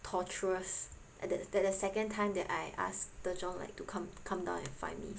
torturous at the that second time that I ask 这种 like to come come down and find me